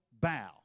bow